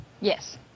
Yes